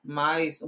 mais